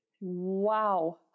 Wow